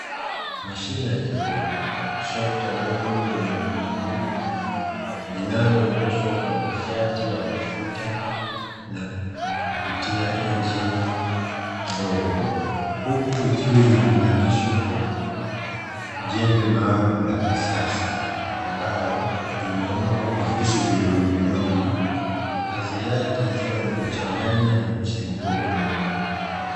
Mashine ya kilimo trekta dogo lenye magurudumu manne, linaloendeshwa kwa nishati ya mafuta na kupitia injini ndogo, huku ikiwa imeunganishwa kwa jembe maalumu la kisasa; ambalo limeundwa kwa visu vidogovidogo, kazi yake ikiwa ni kuchanganya na kuchimbua udongo.